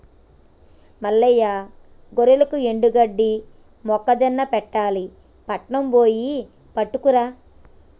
మల్లయ్య గొర్రెలకు ఎండుగడ్డి మొక్కజొన్న పెట్టాలి పట్నం బొయ్యి పట్టుకురా